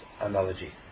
analogy